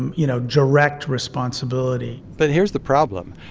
and you know, direct responsibility but here's the problem.